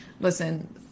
listen